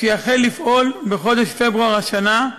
שיחל לפעול בחודש פברואר השנה,